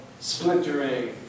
splintering